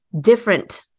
different